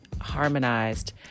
harmonized